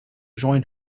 join